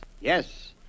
Yes